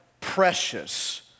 precious